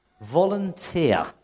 volunteer